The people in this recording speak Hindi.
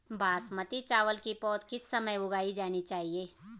बासमती चावल की पौध किस समय उगाई जानी चाहिये?